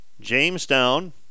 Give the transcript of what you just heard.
Jamestown